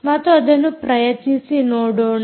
ಮತ್ತು ಅದನ್ನು ಪ್ರಯತ್ನಿಸಿ ನೋಡೋಣ